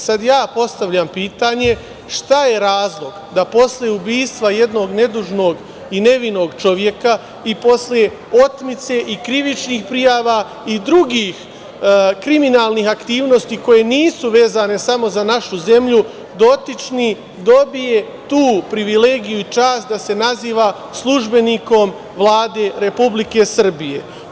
Sada ja postavljam pitanje - šta je razlog da posle ubistva jednog nedužnog i nevinog čoveka i posle otmice i krivičnih prijava i drugih kriminalnih aktivnosti koje nisu vezane samo za našu zemlju, dotični dobije tu privilegiju i čast da se naziva službenikom Vlade Republike Srbije?